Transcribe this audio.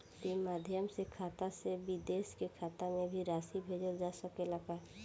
ई माध्यम से खाता से विदेश के खाता में भी राशि भेजल जा सकेला का?